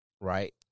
right